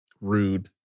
Rude